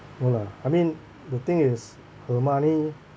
no lah I mean the thing is her money